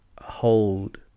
hold